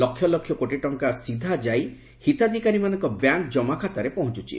ଲକ୍ଷ ଲକ୍ଷ କୋଟି ଟଙ୍କା ସିଧା ଯାଇ ହିତାଧିକାରୀମାନଙ୍କ ବ୍ୟାଙ୍କ ଜମାଖାତାରେ ପହଞ୍ଚୁଛି